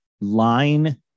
line